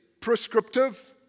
prescriptive